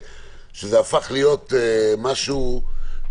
אני מבקש שתעשה את הבדיקה הזאת ואני מבקש, אם